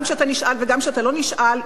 גם כשאתה נשאל וגם כשאתה לא נשאל,